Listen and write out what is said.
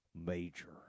major